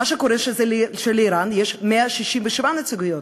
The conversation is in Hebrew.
מה שקורה זה שלאיראן יש 167 נציגויות.